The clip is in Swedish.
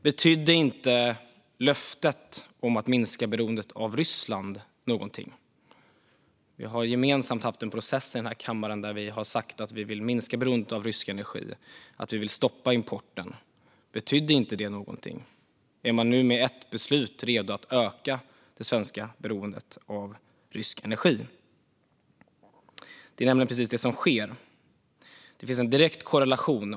Betydde inte löftet om att minska beroendet av Ryssland någonting? Vi har gemensamt haft en process i denna kammare där vi har sagt att vi vill minska beroendet av rysk energi och att vi vill stoppa importen. Betydde inte det någonting? Är man nu med ett beslut redo att öka det svenska beroendet av rysk energi? Det är nämligen precis det som sker. Det finns en direkt korrelation.